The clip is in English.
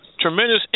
tremendous